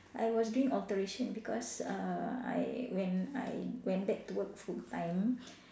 I was doing alteration because err I when I went back to work full time